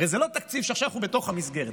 הרי זה לא תקציב שעכשיו אנחנו בתוך המסגרת.